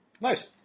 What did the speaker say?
Nice